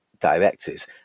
directors